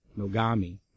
Nogami